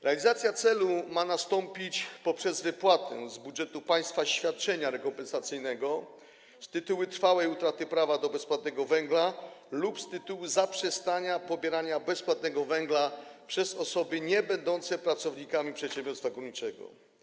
Realizacja celu ma nastąpić poprzez wypłatę z budżetu państwa świadczenia rekompensacyjnego z tytułu trwałej utraty prawa do bezpłatnego węgla lub z tytułu zaprzestania pobierania bezpłatnego węgla przez osoby niebędące pracownikami przedsiębiorstwa górniczego.